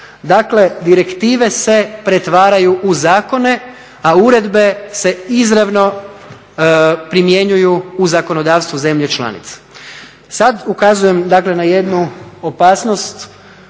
Dakle, direktive se pretvaraju u zakone a uredbe se izravno primjenjuju u zakonodavstvo zemlje članica. Sada ukazujem dakle na jednu opasnost